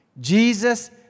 Jesus